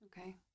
Okay